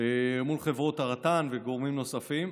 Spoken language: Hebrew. מול חברות הרט"ן וגורמים נוספים.